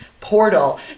portal